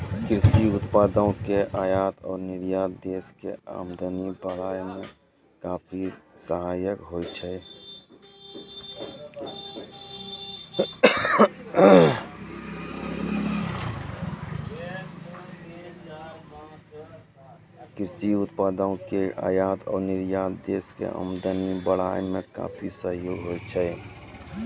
कृषि उत्पादों के आयात और निर्यात देश के आमदनी बढ़ाय मॅ काफी सहायक होय छै